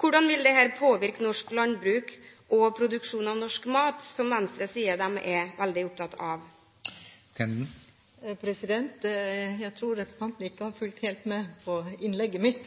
Hvordan vil dette påvirke norsk landbruk og produksjon av norsk mat, som Venstre sier de er veldig opptatt av? Jeg tror ikke representanten har fulgt helt med på innlegget mitt.